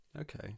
Okay